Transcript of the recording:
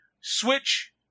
switch